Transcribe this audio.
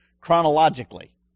chronologically